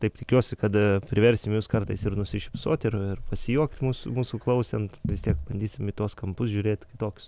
taip tikiuosi kad priversim jus kartais ir nusišypsoti ir ir pasijuokti mūsų mūsų klausant vis tiek bandysim į tuos kampus žiūrėti kitokius